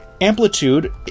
amplitude